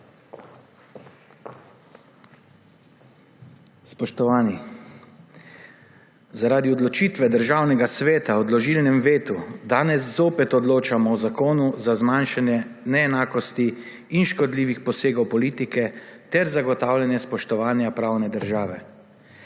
Spoštovani! Zaradi odločitve Državnega sveta o odložilnem vetu danes zopet odločamo o Zakonu za zmanjšanje neenakosti in škodljivih posegov politike ter zagotavljanje spoštovanja pravne države.